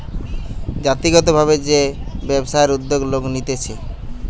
জাতিগত ভাবে যে ব্যবসায়ের উদ্যোগ লোক নিতেছে